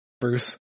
bruce